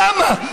למה?